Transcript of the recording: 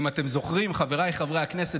אז אני רוצה לומר לכל אלה שרקדו,